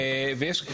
ויש,